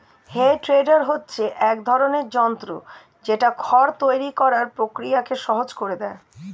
হে tedder হচ্ছে এক ধরণের যন্ত্র যেটা খড় তৈরী করার প্রক্রিয়াকে সহজ করে দেয়